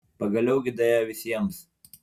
pagaliau gi daėjo visiems